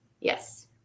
Yes